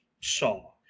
Saw